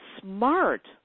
smart